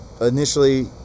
initially